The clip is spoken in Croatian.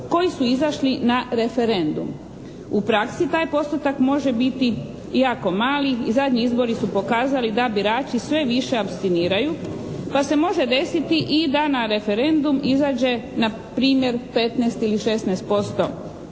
koji su izašli na referendum. U praksi taj postotak može biti jako mali i zadnji izbori su pokazali da birači sve više apstiniraju pa se može desiti i da na referendum izađe na primjer 15 ili 16%